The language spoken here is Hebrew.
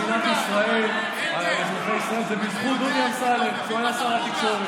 מספרים בדיחה על איזה מישהו מאחת העדות שהיה בא לתדלק בתחנת הדלק.